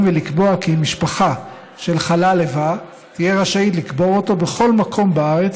ולקבוע כי משפחה של חלל איבה תהיה רשאית לקבור אותו בכל מקום בארץ,